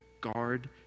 guard